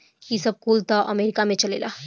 ई सब कुल त अमेरीका में चलेला